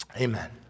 Amen